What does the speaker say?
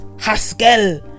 haskell